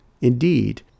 Indeed